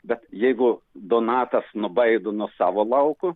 bet jeigu donatas nubaido nuo savo lauko